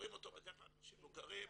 קוראים אותו בדרך כלל אנשים מבוגרים,